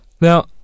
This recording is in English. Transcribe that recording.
Now